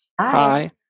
hi